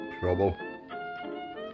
trouble